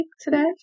today